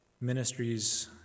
ministries